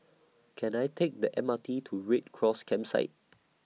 Can I Take The M R T to Red Cross Campsite